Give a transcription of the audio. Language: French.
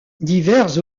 divers